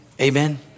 amen